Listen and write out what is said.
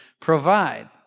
provide